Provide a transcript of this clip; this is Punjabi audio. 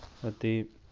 ਅਤੇ